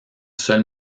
seul